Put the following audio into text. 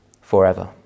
forever